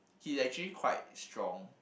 he actually quite strong